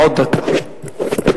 ועוד דקה.